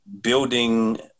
building